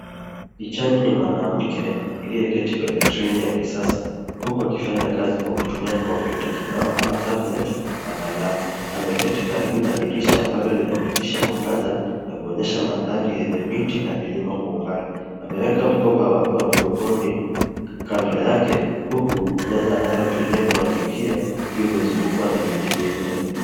Pichani ni mwanamke aliyeketi kwenye treni ya kisasa huku akifanya kazi kwa kutumia kompyuta kibao ama tablet na kalamu. Ameketi karibu na dirisha ambalo linapitisha mwangaza na kuonyesha mandhari yenye miti na milima. Kwa umbali ameweka mkoba wake wa mgongoni kando yake huku meza anayotumia kuandikia ikiwa imezungukwa na viti vinne.